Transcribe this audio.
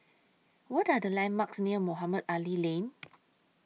What Are The landmarks near Mohamed Ali Lane